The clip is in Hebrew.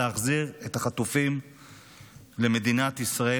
להחזיר את החטופים למדינת ישראל,